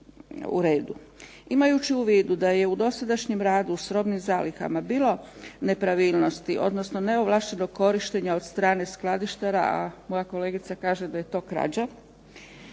Imajući u vidu da je u dosadašnjem radu s robnim zalihama bilo nepravilnosti, odnosno neovlaštenog korištenja od strane skladištara, a moja kolegica kaže da je to krađa,